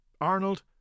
Arnold